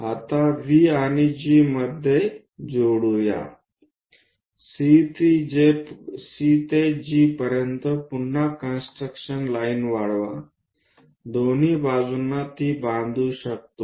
आता V आणि G मध्ये जोडूया C ते G पर्यंत पुन्हा कॉन्स्ट्रुकशन लाइन वाढवा दोन्ही बाजूंनी ती बांधू शकते